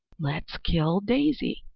let's kill daisy,